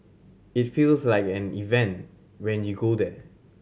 it feels like an event when you go there